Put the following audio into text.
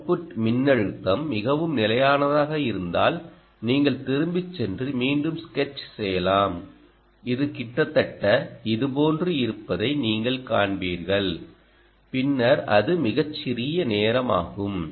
output மின்னழுத்தம் மிகவும் நிலையானதாக இருந்தால் நீங்கள் திரும்பிச் சென்று மீண்டும் ஸ்கெட்ச் செய்யலாம் இது கிட்டத்தட்ட இதுபோன்று இருப்பதை நீங்கள் காண்பீர்கள் பின்னர் அது மிகச் சிறிய நேரமாகும்